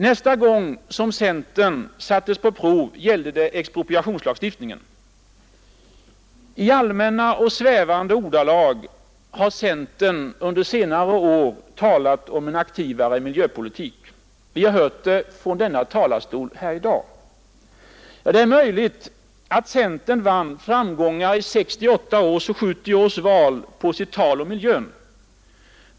Nästa gång centern sattes på I allmänna och svävande ordalag har centern under senare år talat om en aktivare miljöpolitik. Vi har hört det från kammarens talarstol i dag. Det är möjligt att centern vann framgångar i 1968 och 1970 års val på sitt tal om miljön.